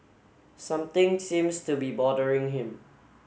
something seems to be bothering him